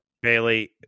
Bailey